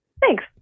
Thanks